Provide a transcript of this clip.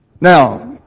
Now